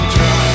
try